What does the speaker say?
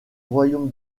royaume